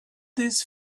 this